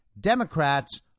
Democrats